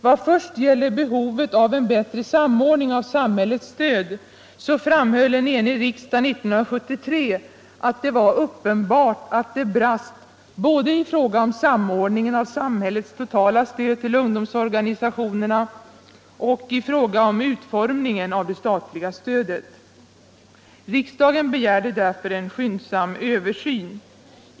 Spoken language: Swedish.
Vad först gäller behovet av en bättre samordning av samhällets stöd framhöll en enig riksdag 1973 att det var uppenbart att det brast både i fråga om samordningen av samhällets totala stöd till ungdomsorganisationerna och i fråga om utformningen av det statliga stödet. Riksdagen begärde därför en skyndsam översyn.